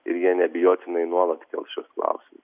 ir jie neabejotinai nuolat kels šiuos klausimus